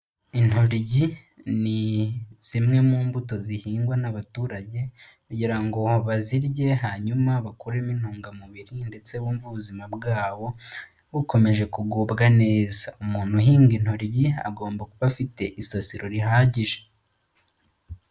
Intoryi ni zimwe mu mbuto zihingwa n'abaturage kugira ngo bazirye hanyuma bakuremo intungamubiri ndetse bumva ubuzima bwabo bukomeje kugubwa neza, umuntu uhinga intoryi agomba kuba afite isasiro rihagije.